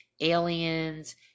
aliens